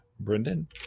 Brendan